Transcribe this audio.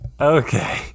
Okay